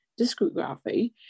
discography